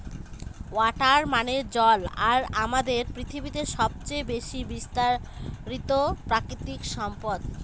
water মানে জল আর আমাদের পৃথিবীতে সবচেয়ে বেশি বিস্তারিত প্রাকৃতিক সম্পদ